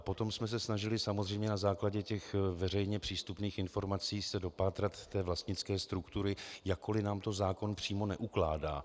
Potom jsme se snažili samozřejmě na základě veřejně přístupných informací se dopátrat té vlastnické struktury, jakkoli nám to zákon přímo neukládá.